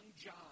John